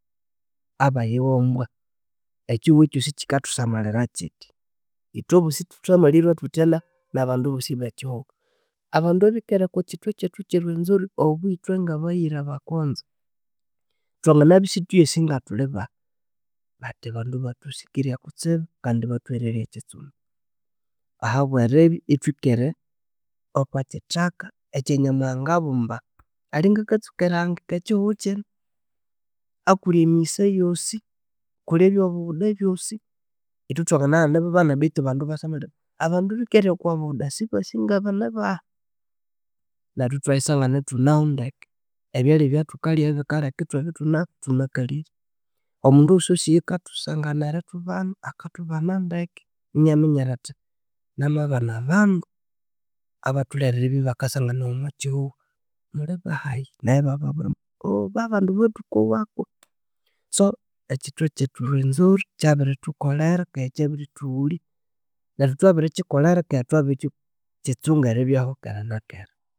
Abayiwombwa, ekyihugho kyosi kyikathusamalhira kyithya ithwebosi thusamalirwe thuthya na- nabandu bosi bekyihugho, abandu abikere okwa kyithwa kyethu kyerwenzori obo ithwe ngabayira bakonzo thwanganabya isithuyasi ngathulhi bahi but abandu bathusikirye kutsibu kandi bathuhererye ekitsumbi ahabweribya yithwekyere okokyithaka ekyanyamuhanga abumba alhinga akatsuka erihangika ekihugho kino okulhi emiyisa yosi kulhi ebyobuwuda bosi yithwe thwanganaghana bibana bethu abandu yibasamalhira abandu abikere oko buwuda sibasinganibahi nethu thwayisangana yithuneho ndeke, ebyalya ebyathukalya bikalyeka yithuneho thunakalire omundu wosi wosi oyukathusanganira erithubana akathusanganira erithubana yithune ndeke yinamigherera athi namabana abandu abatholere eribya yibakasanganawa omokyihugho mulhi bahayi neryo yibababwira ambu babandu abathukowako so ekyithwa kyethu rwenzori kyabiri thukolhera, kyabirithuwulya nethu kyabirithukolyera neryo thwebirikyi tsunga eribyaho keranakera